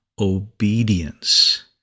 obedience